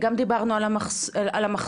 גם דיברנו על המחסור,